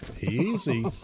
Easy